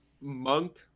Monk